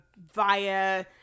via